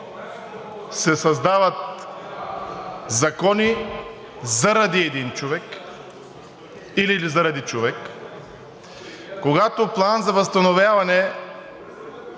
се създават закони заради един човек или заради човек, когато План за възстановяване